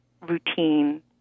routine